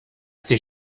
ces